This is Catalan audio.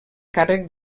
càrrec